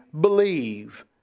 believe